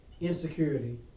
insecurity